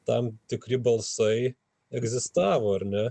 tam tikri balsai egzistavo ar ne